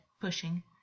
pushing